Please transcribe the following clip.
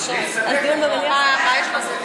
בתשובה?